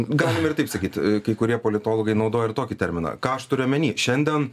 galim ir taip sakyti kai kurie politologai naudoja ir tokį terminą ką aš turiu omeny šiandien